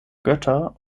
götter